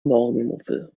morgenmuffel